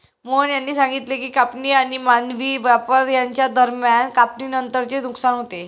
मोहन यांनी सांगितले की कापणी आणि मानवी वापर यांच्या दरम्यान कापणीनंतरचे नुकसान होते